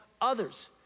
others